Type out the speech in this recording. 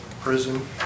prison